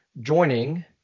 joining